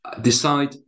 decide